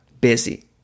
busy